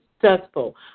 successful